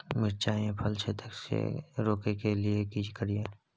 मिर्चाय मे फल छेदक के रोकय के लिये की करियै?